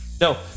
No